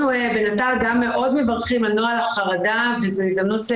אנחנו בנט"ל גם מאוד מברכים על נוהל החרדה וזו הזדמנות,